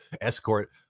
escort